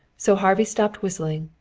so harvey stopped whistling,